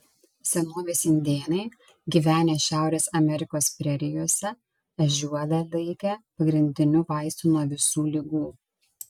senovės indėnai gyvenę šiaurės amerikos prerijose ežiuolę laikė pagrindiniu vaistu nuo visų ligų